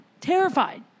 terrified